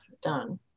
done